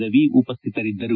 ರವಿ ಉಪಸ್ಥಿತರಿದ್ದರು